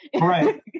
Right